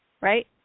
right